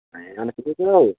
ए अनि ठिकै छौ